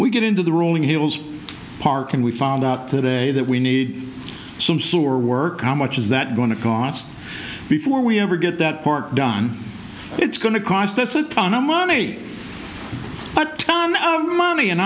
we get into the rolling hills park and we found out today that we need some sort of work how much is that going to cost before we ever get that part done it's going to cost us a ton of money but money and